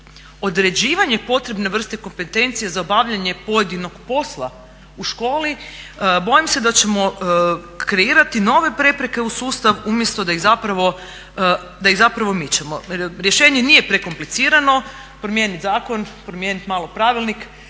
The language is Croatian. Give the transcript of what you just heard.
određivanje potrebne vrste kompetencija za obavljanje pojedinog posla u školi, bojim se da ćemo kreirati nove prepreke u sustav umjesto da ih zapravo mičemo. Rješenje nije prekomplicirano, promijenit zakon, promijenit malo pravilnik,